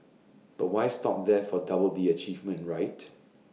but why stop there for double the achievement right